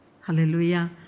Hallelujah